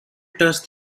touched